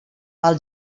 pel